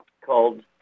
called